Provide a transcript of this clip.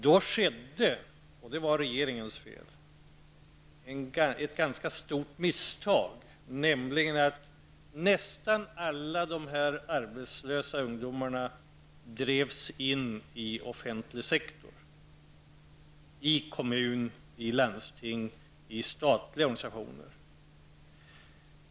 Det begicks -- och det var regeringens fel -- ett ganska stort misstag, nämligen att nästan alla dessa arbetslösa ungdomar drevs in i offentlig sektor: i kommun, i landsting, i statliga organ.